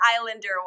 Islander